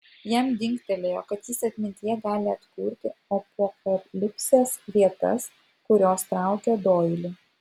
jam dingtelėjo kad jis atmintyje gali atkurti apokalipsės vietas kurios traukė doilį